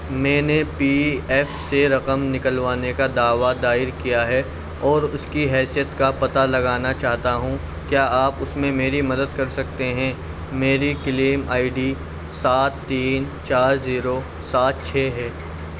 میں نے P F سے رقم نکلوانے کا دعویٰ دائر کیا ہے اور اس کی حیثیت کا پتہ لگانا چاہتا ہوں کیا آپ اس میں میری مدد کر سکتے ہیں میری کلیم آئی ڈی سات تین چار زیرو سات چھ ہے